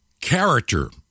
character